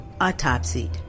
autopsied